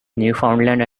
newfoundland